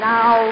Now